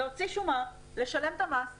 להוציא שומה, לשלם את המס --- להכריע,